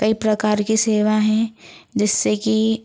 कई प्रकार की सेवा हैं जिससे कि